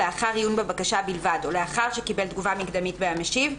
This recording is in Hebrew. לאחר עיון בבקשה בלבד או לאחר שקיבל תגובה מקדמית מהמשיב,